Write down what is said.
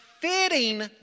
fitting